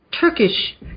Turkish